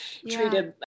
treated